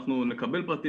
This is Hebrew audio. אנחנו נלמד את הפרטים